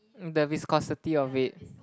the viscosity of it